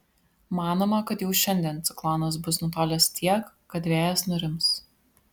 manoma kad jau šiandien ciklonas bus nutolęs tiek kad vėjas nurims